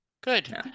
good